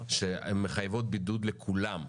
שמחייבות בידוד לכולם,